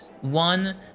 one